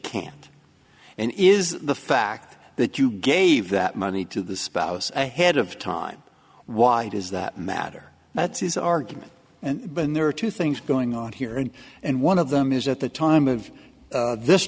can't and is the fact that you gave that money to the spouse ahead of time why does that matter that's his argument and been there are two things going on here and and one of them is at the time of this